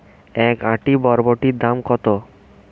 এক আঁটি বরবটির দাম কত?